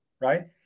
right